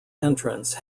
entrance